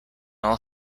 all